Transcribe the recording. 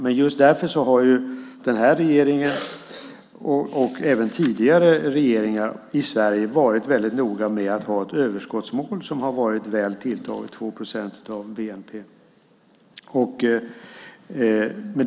Men just därför har den här regeringen och även tidigare regeringar i Sverige varit väldigt noga med att ha ett överskottsmål som har varit väl tilltaget, 2 procent av bnp.